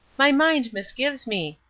my mind misgives me.